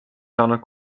saanud